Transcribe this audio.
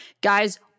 guys